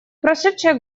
прошедшие